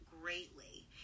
greatly